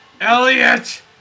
Elliot